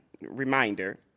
reminder